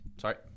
Sorry